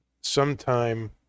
sometime